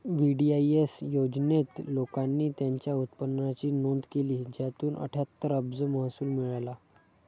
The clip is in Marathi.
वी.डी.आई.एस योजनेत, लोकांनी त्यांच्या उत्पन्नाची नोंद केली, ज्यातून अठ्ठ्याहत्तर अब्ज महसूल मिळाला